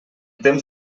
temps